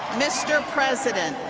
mr. president,